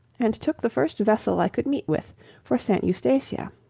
and took the first vessel i could meet with for st. eustatia.